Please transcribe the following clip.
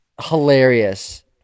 hilarious